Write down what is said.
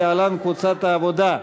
להלן: קבוצת העבודה.